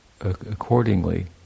accordingly